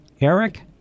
Eric